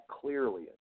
clearly